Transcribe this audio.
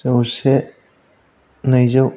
जौसे नैजौ